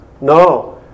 No